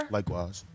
Likewise